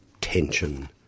tension